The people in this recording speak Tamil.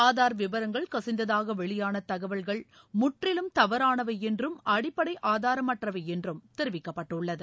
ஆதார் விபரங்கள் கசிந்ததாக வெளியான தகவல்கள் முற்றிலும் தவறானவை என்றும் அடிப்படை ஆதாரமற்றவை என்றும் தெரிவிக்கப்பட்டுள்ளது